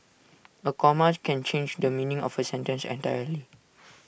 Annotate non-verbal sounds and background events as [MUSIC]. A comma can change the meaning of A sentence entirely [NOISE]